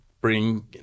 bring